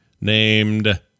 named